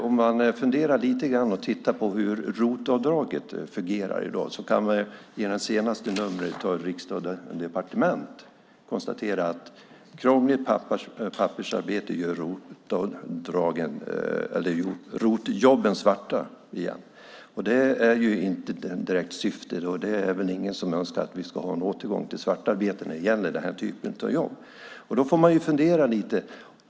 Om man funderar lite grann och tittar på hur ROT-avdraget fungerar i dag kan man i det senaste numret av Riksdag & Departement konstatera att krångligt pappersarbete gör ROT-jobben svarta igen. Det är inte direkt syftet. Det är väl ingen som önskar att vi ska ha en återgång till svartarbete för den här typen av jobb. Man får fundera lite.